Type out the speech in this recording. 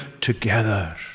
together